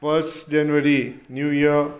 first January new year